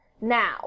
now